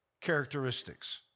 characteristics